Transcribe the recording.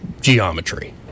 geometry